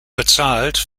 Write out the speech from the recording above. bezahlt